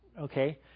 okay